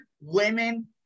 women